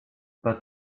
but